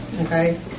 Okay